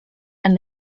and